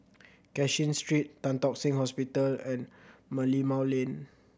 Cashin Street Tan Tock Seng Hospital and Merlimau Lane